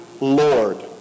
Lord